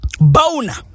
Bona